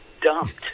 dumped